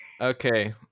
Okay